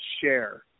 share